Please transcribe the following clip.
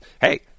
Hey